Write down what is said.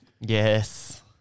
Yes